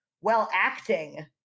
well-acting